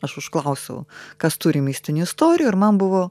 aš užklausiau kas turi mistinių istorijų ir man buvo